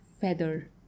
feather